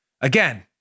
Again